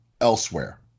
elsewhere